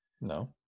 No